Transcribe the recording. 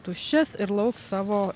tuščias ir lauks savo